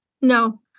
No